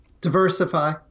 Diversify